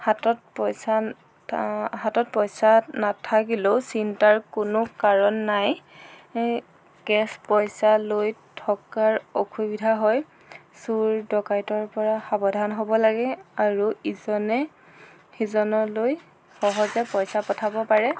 হাতত পইচা হাতত পইচা নাথাকিলেও চিন্তাৰ কোনো কাৰণ নাই কেচ পইচা লৈ থকাৰ অসুবিধা হয় চোৰ ডকাইটৰপৰা সাৱধান হ'ব লাগে আৰু ইজনে সিজনলৈ সহজে পইচা পঠাব পাৰে